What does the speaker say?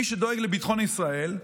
מי שדואג לביטחון ישראל,